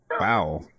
wow